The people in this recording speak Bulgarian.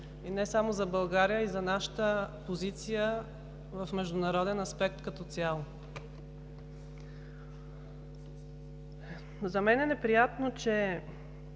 и не само за България, а и за нашата позиция в международен аспект като цяло. За мен е неприятно, че